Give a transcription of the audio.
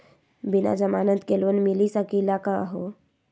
बिना जमानत के लोन मिली सकली का हो?